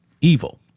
evil